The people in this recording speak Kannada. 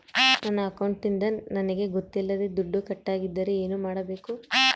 ನನ್ನ ಅಕೌಂಟಿಂದ ನನಗೆ ಗೊತ್ತಿಲ್ಲದೆ ದುಡ್ಡು ಕಟ್ಟಾಗಿದ್ದರೆ ಏನು ಮಾಡಬೇಕು?